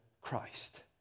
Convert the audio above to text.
Christ